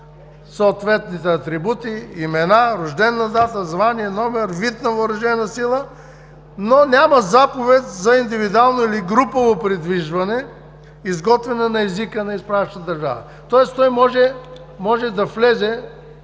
съответните атрибути – имена, рождена дата, звание, номер, вид на въоръжената сила, но няма заповед за индивидуално или групово придвижване, изготвена на езика на изпращащата държава. Тоест той може да влезе